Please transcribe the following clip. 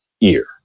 ear